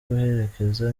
guherekeza